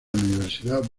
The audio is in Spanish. universidad